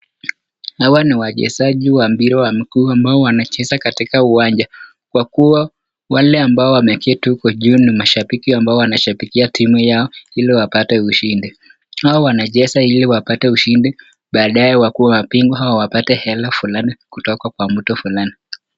Hawa ni wachezaji wa mpira wa mguu ambalo wanacheza katika uwanja ,Kwa kuwa wale ambao wameketi pale juu ni mashabiki ambao wanashabikia timu yao hili wapate ushindi ,hao wanacheza hili wapate ushindi badae wakuwe wabingwa wapate hela Fulani kutoka Kwa mtu fulani